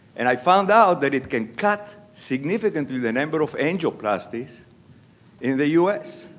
and i found out that it can cut significantly the number of angioplasties in the u s.